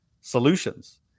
solutions